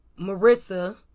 Marissa